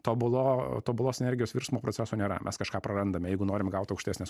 tobulo tobulos energijos virsmo proceso nėra mes kažką prarandame jeigu norim gaut aukštesnės